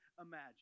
imagine